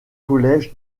collège